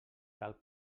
cal